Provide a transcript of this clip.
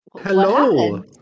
Hello